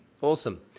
Awesome